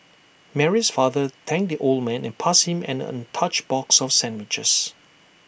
Mary's father thanked the old man and passed him an untouched box of sandwiches